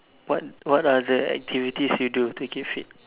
what what are the activities you do to keep fit